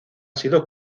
sido